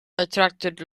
attracted